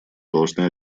должны